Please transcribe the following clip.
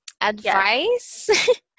advice